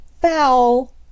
Foul